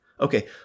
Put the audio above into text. Okay